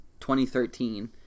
2013